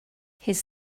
his